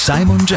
Simon